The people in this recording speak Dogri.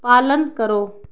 पालन करो